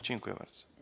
Dziękuję bardzo.